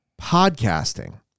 podcasting